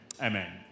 amen